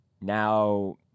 now